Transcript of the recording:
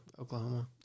Oklahoma